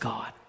God